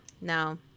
no